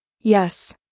yes